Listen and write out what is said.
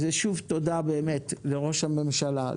שוב תודה לראש הממשלה,